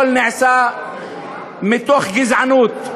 הכול נעשה מתוך גזענות,